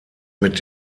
mit